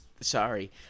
sorry